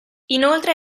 inoltre